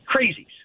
Crazies